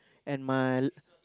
and my